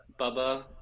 Bubba